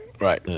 right